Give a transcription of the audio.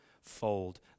fold